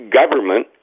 government